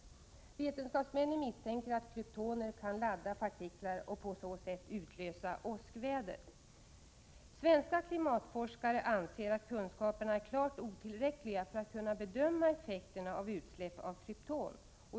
Vetenskapsmännen misstänker att kryptoner kan ladda partiklar och på så sätt utlösa åskväder. Svenska klimatforskare anser att kunskaperna är klart otillräckliga för att man skall kunna bedöma effekterna av utsläpp av krypton.